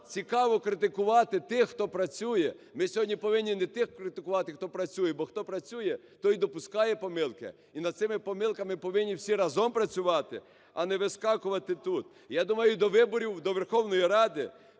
цікаво критикувати тих, хто працює. Ми сьогодні повинні не тих критикувати, хто працює, бо, хто працює, той допускає помилки, і над цими помилками повинні всі разом працювати, а не вискакувати тут. Я думаю, до виборів до Верховної Ради